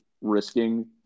risking